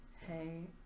hey